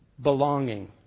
Belonging